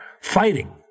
fighting